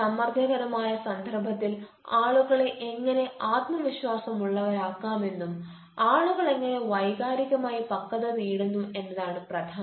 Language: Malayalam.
സമ്മർദ്ദകരമായ സന്ദർഭത്തിൽ ആളുകളെ എങ്ങനെ ആത്മവിശ്വാസമുള്ളവരാക്കാമെന്നും ആളുകൾ എങ്ങനെ വൈകാരികമായി പക്വത നേടുന്നു എന്നതാണ് പ്രധാനം